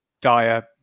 dire